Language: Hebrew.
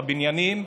הבניינים,